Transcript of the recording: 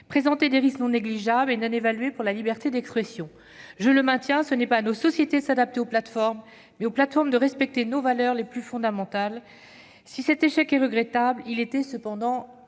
présentaient des risques non négligeables et non évalués pour la liberté d'expression. Je le maintiens : ce n'est pas à nos sociétés de s'adapter aux plateformes, mais c'est aux plateformes de respecter nos valeurs les plus fondamentales. Si cet échec est regrettable, il était cependant